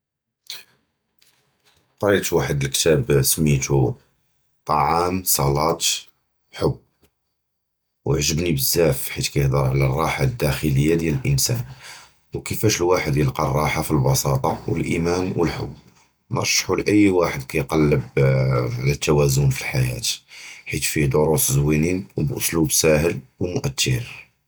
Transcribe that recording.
קְרֵית וַחְדּ אֶל-כְּתָאב סְמִיתוּ טַעַאם, צְלָאת, חוּבּ, וְעַגְּבּנִי בְּזַבַּא כִּיַּחְדֶּר עַל אֶל-רָרַחָה אֶל-דַاخְלִיָה דִיָּאל אֶל-אִנְסָאן, וְכִיפַאש אֶל-וָחְד יִלְקַא אֶל-רָרַחָה פִי-אֶל-בִּסְטַה, וְאֶל-אִימָאן וְאֶל-חֻבּ. נַרְשְּׁחוּ לִיּ וָחְד כִּיַּקַּלֵּב עַל אֶל-תַּוְזוּן פִי-אֶל-חַיַּاة, כִּיַּתְפִי פִיוּ דְּרוּס זְווִינִין וּבְּאַסְלּוּב סַהֵל וּמוּאַתִּיר.